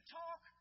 talk